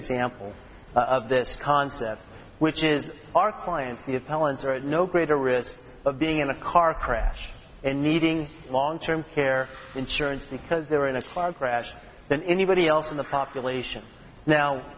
example of this concept which is our clients the appellants are at no greater risk of being in a car crash and needing long term care insurance because they were in a car crash than anybody else in the population now